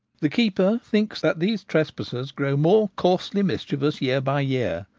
the keeper thinks that these trespassers grow more coarsely mischievous year by year.